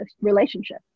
relationship